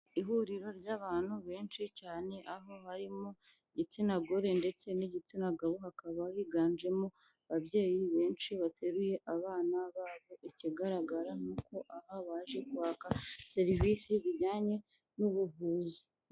Ihuriro ry'abantu benshi cyane, aho harimo igitsina gore ndetse n'igitsina gabo, hakaba higanjemo ababyeyi benshi bateruye abana babo, ikigaragara ni uko aha baje guhabwa serivisi zijyanye n'ubuvuzi.